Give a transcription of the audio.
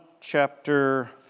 chapter